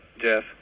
Jeff